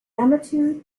yamato